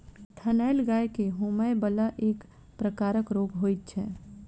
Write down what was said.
थनैल गाय के होमय बला एक प्रकारक रोग होइत छै